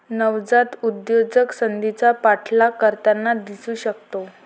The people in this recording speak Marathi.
नवजात उद्योजक संधीचा पाठलाग करताना दिसू शकतो